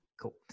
Cool